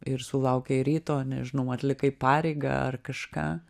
ir sulaukei ryto nežinau atlikai pareigą ar kažką